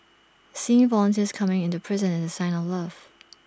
seeing volunteers coming into prison is A sign of love